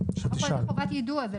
סך הכול חובת יידוע.